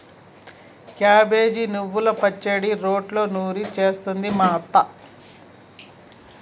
cabbage నువ్వల పచ్చడి రోట్లో నూరి చేస్తది మా అత్త